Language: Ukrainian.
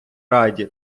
раді